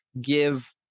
give